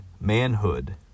manhood